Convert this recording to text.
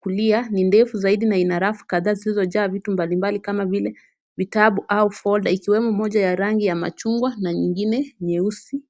kulia ni ndefu zaidi na ina rafu kadhaa zilizojaa vitu mbalimbali kama vile vitabu au foda ikiwemo moja ya rangi ya machungwa na ingine nyeusi .